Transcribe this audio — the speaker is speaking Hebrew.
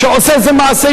במקרה הזה,